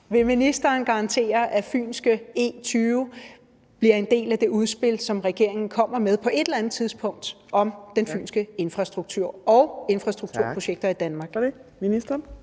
Vil ministeren garantere, at fynske E20 bliver en del af det udspil, som regeringen kommer med på et eller andet tidspunkt, om den fynske infrastruktur og infrastrukturprojekter i Danmark? Kl. 14:06 Fjerde